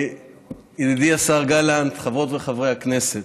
ידידי השר גלנט, חברות וחברי הכנסת,